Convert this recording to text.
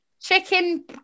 Chicken